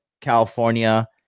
California